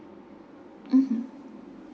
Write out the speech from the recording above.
mmhmm